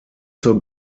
zur